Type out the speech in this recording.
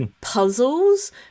puzzles